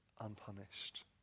unpunished